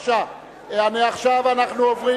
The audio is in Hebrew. אין.